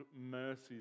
mercy